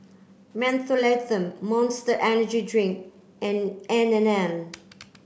Mentholatum Monster Energy Drink and N and N